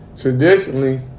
traditionally